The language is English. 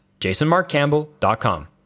jasonmarkcampbell.com